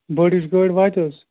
بٔڈ ہِش گٲڑۍ واتہِ حظ